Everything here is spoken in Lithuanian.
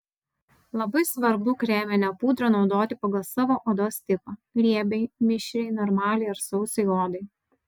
labai svarbu kreminę pudrą naudoti pagal savo odos tipą riebiai mišriai normaliai ar sausai odai